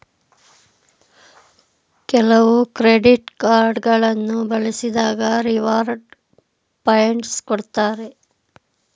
ಕೆಲವು credit card ಗಳನ್ನು ಬಳಸಿದಾಗ ರಿವಾರ್ಡ್ ಪಾಯಿಂಟ್ಸ್ ಕೊಡ್ತಾರೆ